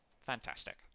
Fantastic